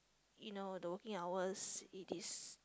you know the working hours it is